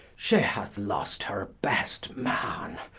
she hath lost her best man,